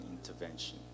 intervention